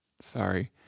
sorry